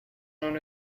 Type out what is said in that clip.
known